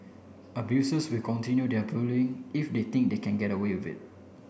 abusers will continue their bullying if they think they can get away of it